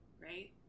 Right